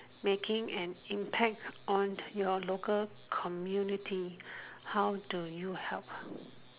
making an impact on your local community how do you help